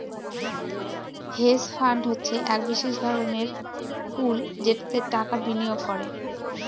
hedge fund হচ্ছে এক বিশেষ ধরনের পুল যেটাতে টাকা বিনিয়োগ করে